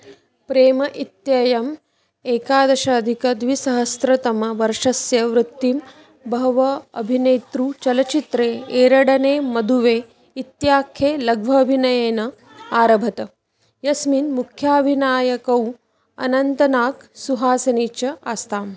प्रेम इत्ययम् एकादश अधिकद्विसहस्रतमवर्षस्य वृत्तिं बहः अभिनेतृचलचित्रे एरडने मधुवे इत्याखे लघ्वाभिनयेन आरभत यस्मिन् मुख्याभिनायकौ अनन्तनाक् सुहासिनी च आस्ताम्